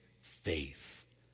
faith